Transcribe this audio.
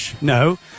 No